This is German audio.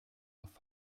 auf